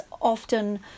often